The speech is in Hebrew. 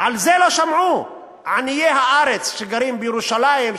על זה לא שמעו עניי הארץ שגרים בירושלים,